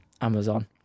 Amazon